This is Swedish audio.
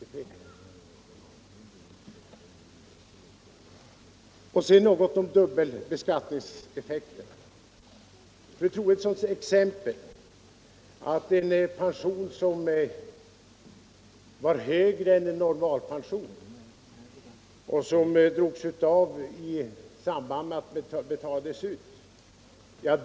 Sedan vill jag säga något om dubbelbeskattningseffekten. Fru Troedsson gav ett exempel på en pension som var högre än normalpensionen och där skatten drogs av i samband med att den betalades ut.